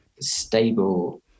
stable